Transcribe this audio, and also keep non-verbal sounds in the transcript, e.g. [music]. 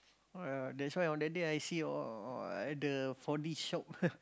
ah that's why on that day I see oh the four-D shop [laughs]